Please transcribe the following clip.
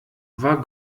war